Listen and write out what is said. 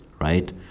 right